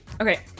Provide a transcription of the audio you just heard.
Okay